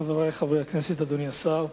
חברי חברי הכנסת, אדוני השר,